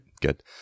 Good